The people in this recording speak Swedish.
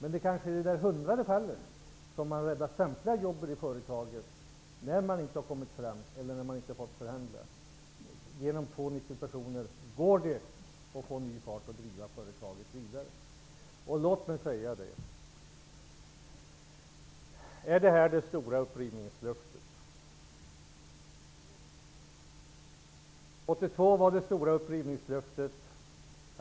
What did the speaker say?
I det där hundrade företaget kan man kanske rädda samtliga jobb, om man inte kommer fram till en lösning eller inte får förhandla, genom att två nyckelpersoner kan ge företaget ny fart och driva det vidare. Är det här Socialdemokraternas stora upprivningslöfte? År 1982 gjorde Socialdemokraterna ett annat stort upprivningslöfte.